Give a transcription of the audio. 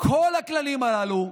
כל הכללים הללו,